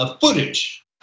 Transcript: footage